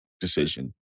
decision